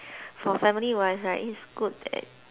for family wise right it's good that